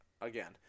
again